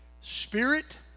spirit